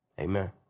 Amen